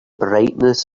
brightness